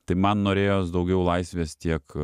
tai man norėjos daugiau laisvės tiek